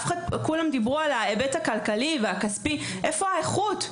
כולם דיברו על ההיבט הכלכלי והכספי, איפה האיכות?